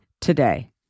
today